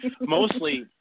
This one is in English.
mostly